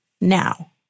now